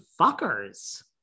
fuckers